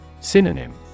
Synonym